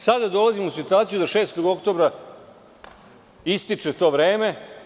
Sada dolazimo u situaciju da 6. oktobra ističe to vreme.